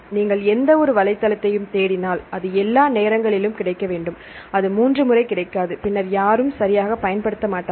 நீங்கள் எந்தவொரு வலைத்தளத்தையும் தேடினால் அது எல்லா நேரங்களிலும் கிடைக்க வேண்டும் அது மூன்று முறை கிடைக்காது பின்னர் யாரும் சரியாகப் பயன்படுத்த மாட்டார்கள்